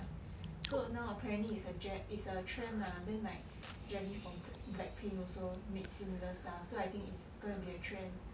so now apparently is a is a trend lah then like jenny from black pink also made similar stuff so I think it's gonna be a trend